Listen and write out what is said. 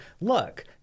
look